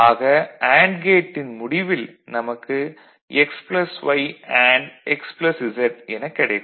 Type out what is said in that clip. ஆக அண்டு கேட்டின் முடிவில் நமக்கு x y and x z எனக் கிடைக்கும்